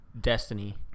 Destiny